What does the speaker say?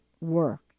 work